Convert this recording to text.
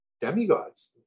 demigods